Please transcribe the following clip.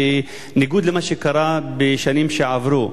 בניגוד למה שקרה בשנים שעברו,